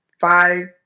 five